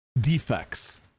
defects